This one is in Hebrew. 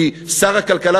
כי שר הכלכלה,